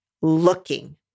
looking